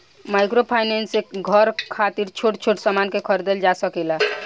microfinance से घर खातिर छोट छोट सामान के खरीदल जा सकेला